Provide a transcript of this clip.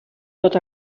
tot